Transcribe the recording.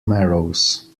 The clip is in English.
marrows